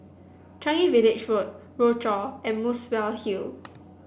Changi Village Road Rochor and Muswell Hill